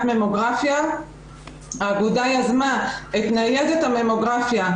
ממוגרפיה האגודה יזמה את ניידת הממוגרפיה.